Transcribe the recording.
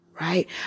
Right